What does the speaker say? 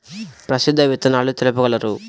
ప్రసిద్ధ విత్తనాలు తెలుపగలరు?